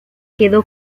quedó